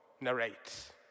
narrates